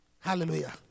Hallelujah